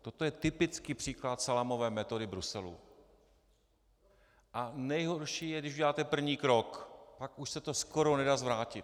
Toto je typický příklad salámové metody Bruselu a nejhorší je, když uděláte první krok, pak už se to skoro nedá zvrátit.